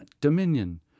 Dominion